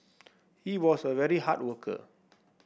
he was a very hard worker